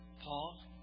Paul